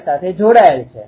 તેથી હું Eθ1 લખી શકું છુ